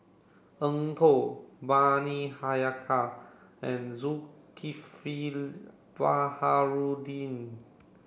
Eng Tow Bani Haykal and Zulkifli Baharudin